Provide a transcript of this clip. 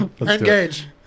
engage